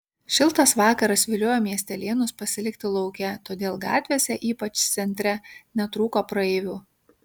šiltas vakaras viliojo miestelėnus pasilikti lauke todėl gatvėse ypač centre netrūko praeivių